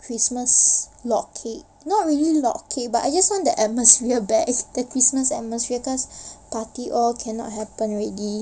christmas log cake not really log cake but I just want the atmosphere back the christmas atmosphere cause party all cannot happen already